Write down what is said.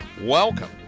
Welcome